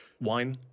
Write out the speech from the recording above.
wine